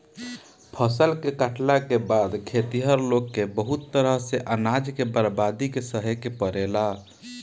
फसल के काटला के बाद खेतिहर लोग के बहुत तरह से अनाज के बर्बादी के सहे के पड़ेला